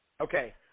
Okay